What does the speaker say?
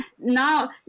now